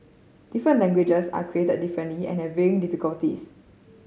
different languages are created differently and varying difficulties